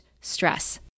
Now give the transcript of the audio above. stress